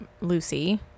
Lucy